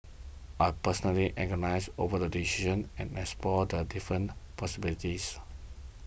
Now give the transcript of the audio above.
I personally agonised over the Decision and Explored different possibilities